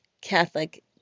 Catholic